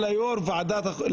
אלא יו"ר ועדת החוקה,